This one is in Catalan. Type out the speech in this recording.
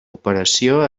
operació